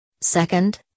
Second